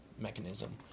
mechanism